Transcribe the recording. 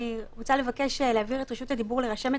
אני רוצה לבקש להעביר את רשות הדיבור לרשמת